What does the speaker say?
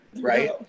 Right